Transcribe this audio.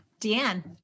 Deanne